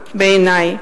תמוהה בעיני.